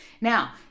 Now